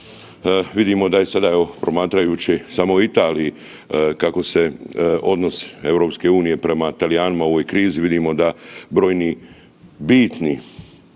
vidimo da je sada promatrajući samo u Italiji kako se odnos EU prema Talijanima u ovoj krizi, vidimo